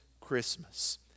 Christmas